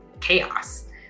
chaos